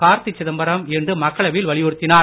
கார்த்தி சிதம்பரம் இன்று மக்களவையில் வலியுறுத்தினார்